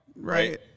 right